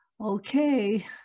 okay